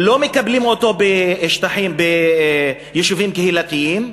לא מקבלים אותו ביישובים קהילתיים.